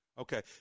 Okay